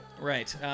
Right